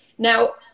Now